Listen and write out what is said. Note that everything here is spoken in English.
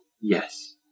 Yes